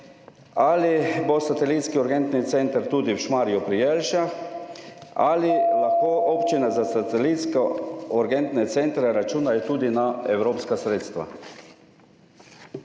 Ali bo satelitski urgentni center tudi v Šmarju pri Jelšah? Ali lahko občine za satelitske urgentne centre računajo tudi na evropska sredstva?